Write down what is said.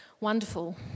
Wonderful